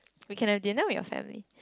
we can have dinner with your family